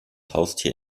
haustier